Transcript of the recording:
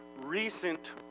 recent